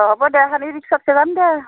অঁ হ'ব দে খালি যাম দে